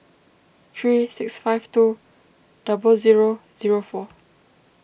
three six five two double zero zero four